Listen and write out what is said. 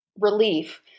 relief